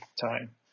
time